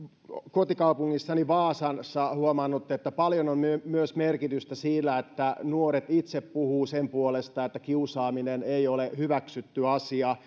kotikaupungissani vaasassa huomannut että paljon on myös merkitystä sillä että nuoret itse puhuvat sen puolesta että kiusaaminen ei ole hyväksytty asia